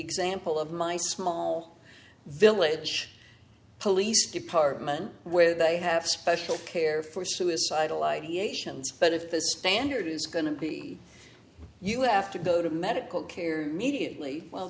example of my small village police department where they have special care for suicidal ideations but if the standard is going to be you have to go to medical care mediately well